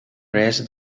reisde